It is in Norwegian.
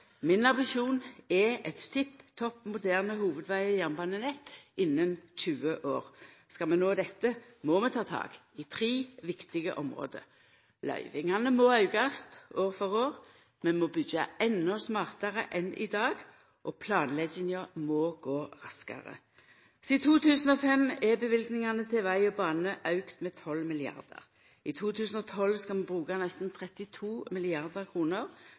Min ambisjon er eit tipp topp moderne hovudveg- og jernbanenett innan 20 år. Skal vi nå dette, må vi ta tak i tre viktige område: Løyvingane må aukast år for år, vi må byggja endå smartare enn i dag, og planlegginga må gå raskare. Sidan 2005 er løyvingane til veg og bane auka med 12 mrd. kr. I 2012 skal vi bruka nesten 32